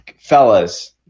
Fellas